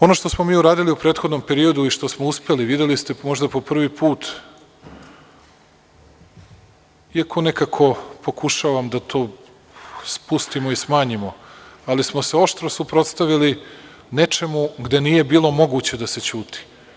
Ono što smo mi uradili u prethodnom periodu i što smo uspeli, videli ste možda po prvi put, iako nekako pokušavam da tu spustimo i smanjimo, ali smo se oštro suprotstavili nečemu gde nije bilo moguće da se ćuti.